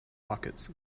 pockets